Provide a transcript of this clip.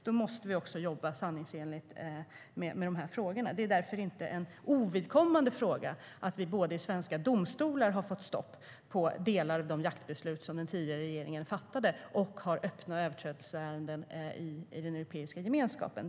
Då måste vi också jobba sanningsenligt med de här frågorna. Det är därför inte en ovidkommande fråga att vi både har fått stopp i svenska domstolar för delar av de jaktbeslut som den tidigare regeringen fattade och har öppna överträdelseärenden i Europeiska gemenskapen.